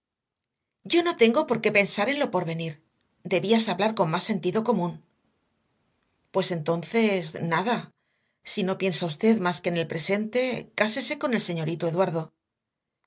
yo no tengo por qué pensar en lo por venir debías hablar con más sentido común pues entonces nada si no piensa usted más que en el presente cásese con el señorito eduardo